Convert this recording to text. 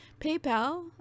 PayPal